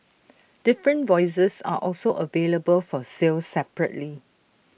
different voices are also available for sale separately